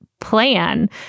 Plan